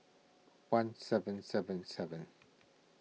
one seven seven seven